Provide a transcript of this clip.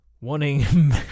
wanting